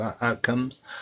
outcomes